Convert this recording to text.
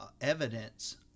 evidence